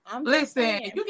Listen